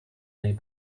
may